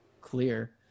clear